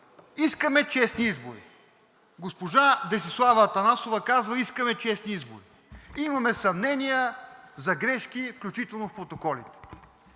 Искаме честни избори! Госпожа Десислава Атанасова казва: „Искаме честни избори! Имаме съмнения за грешки, включително в протоколите!“